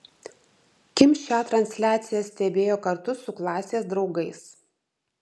kim šią transliaciją stebėjo kartu su klasės draugais